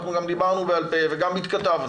אנחנו גם דיברנו בעל פה וגם התכתבנו.